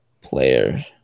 player